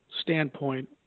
standpoint